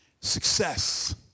Success